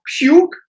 puke